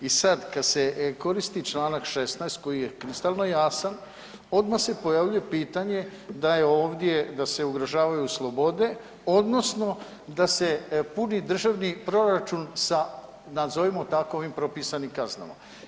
I sad kada se koristi čl. 16. koji je kristalno jasan odmah se pojavljuje pitanje da se ugrožavaju slobode odnosno da se puni državni proračun sa nazovimo tako ovim propisanim kaznama.